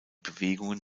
bewegungen